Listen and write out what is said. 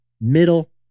middle